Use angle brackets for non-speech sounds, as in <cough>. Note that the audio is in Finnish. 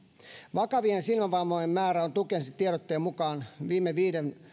vakavien silmävammojen määrä on tukesin tiedotteen mukaan viiden <unintelligible>